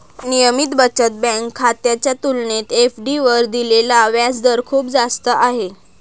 नियमित बचत बँक खात्याच्या तुलनेत एफ.डी वर दिलेला व्याजदर खूप जास्त आहे